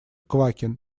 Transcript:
квакин